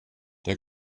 der